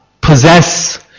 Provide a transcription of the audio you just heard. possess